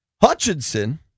Hutchinson